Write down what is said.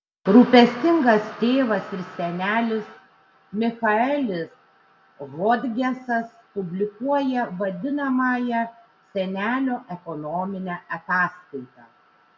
rūpestingas tėvas ir senelis michaelis hodgesas publikuoja vadinamąją senelio ekonominę ataskaitą